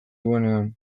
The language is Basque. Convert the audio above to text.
duenean